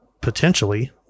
potentially